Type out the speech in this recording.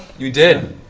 you did.